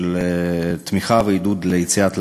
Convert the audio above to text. של תמיכה ועידוד יציאה לעבודה.